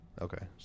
Okay